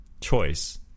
Choice